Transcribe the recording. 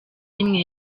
rimwe